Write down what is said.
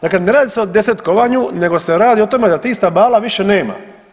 Dakle, ne radi se o desetkovanju nego se radi o tome da tih stabala više nema.